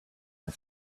her